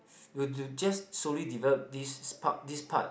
will will just slowly develop this part this part